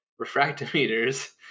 refractometers